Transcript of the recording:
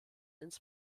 ins